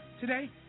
today